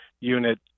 unit